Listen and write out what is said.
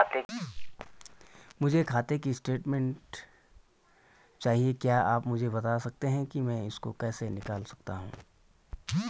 मुझे खाते की स्टेटमेंट चाहिए क्या आप मुझे बताना सकते हैं कि मैं इसको कैसे निकाल सकता हूँ?